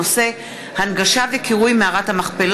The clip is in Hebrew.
גליק ויעקב מרגי בנושא: הנגשה וקירוי של מערת המכפלה.